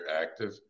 active